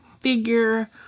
figure